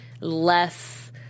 less